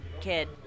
kid